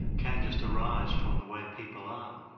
can just arise from the way people are.